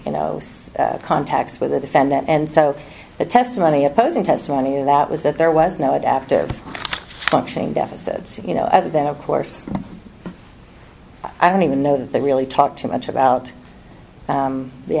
you know contacts with the defendant and so the testimony opposing testimony of that was that there was no adaptive functioning deficit's you know other than of course i don't even know that they really talk too much about